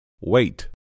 Wait